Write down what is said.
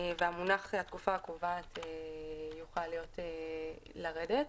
והמונח "התקופה הקובעת" יוכל לרדת.